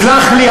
סלח לי,